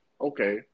Okay